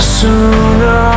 sooner